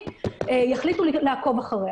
חשוב לחשוב על סולידריות ומענה למבודדים.